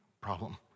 problem